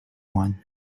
one